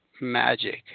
magic